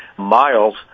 Miles